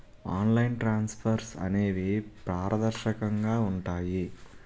online transfers అనేవి పారదర్శకంగా ఉంటాయి